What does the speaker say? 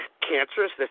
Cancerous